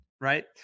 Right